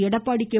Edappadi K